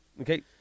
Okay